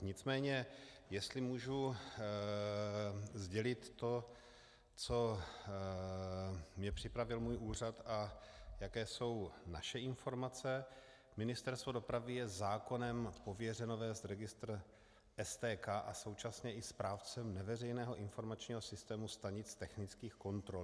Nicméně jestli můžu sdělit to, co mně připravil můj úřad a jaké jsou naše informace, Ministerstvo dopravy je zákonem pověřeno vést registr STK a současně je i správcem neveřejného informačního systému stanic technických kontrol.